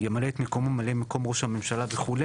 ימלא את מקומו ממלא מקום ראש הממשלה וכו,